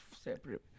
separate